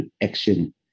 action